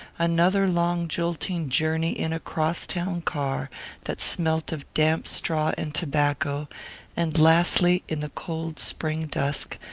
another long jolting journey in a cross-town car that smelt of damp straw and tobacco and lastly, in the cold spring dusk,